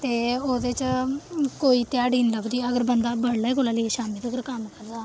ते ओह्दे च कोई ध्याड़ी नेईं लभदी अगर बंदा बडलै कोला लेइयै शामीं तक्कर कम्म करदा